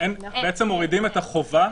צריך למצוא את הפתרון.